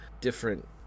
different